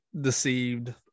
deceived